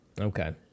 Okay